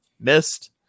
missed